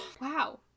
Wow